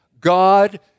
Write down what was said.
God